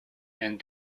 and